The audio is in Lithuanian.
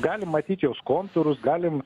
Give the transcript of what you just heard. galim matyt jos kontūrus galim